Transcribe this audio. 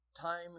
time